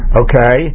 okay